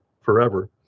forever